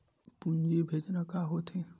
पूंजी भेजना का होथे?